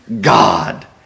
God